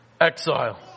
exile